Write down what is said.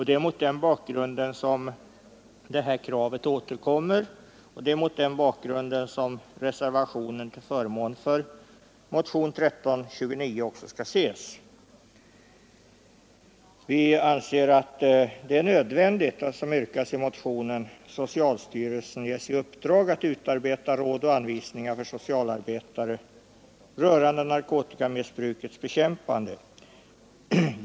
Det är mot den bakgrunden som det här kravet återkommer, och det är mot den bakgrunden reservationen till förmån för motion 1329 också skall ses. Vi anser att det är nödvändigt att, som yrkas i motionen, socialstyrelsen ges i uppdrag att utarbeta råd och anvisningar för socialarbetare rörande narkotikamissbrukets bekämpande.